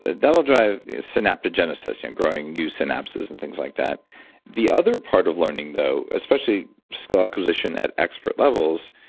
that'll drive synaptogenesis, and growing new synapses and things like that the other part of learning, though, especially skill acquisition at expert levels,